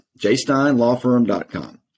jsteinlawfirm.com